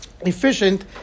efficient